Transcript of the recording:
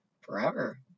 Forever